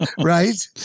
Right